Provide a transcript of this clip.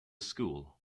school